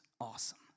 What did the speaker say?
awesome